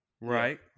Right